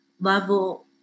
level